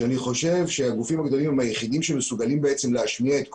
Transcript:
ואני חושב שהגופים הגדולים הם היחידים שמסוגלים להשמיע את קולם.